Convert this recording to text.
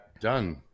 done